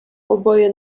oboje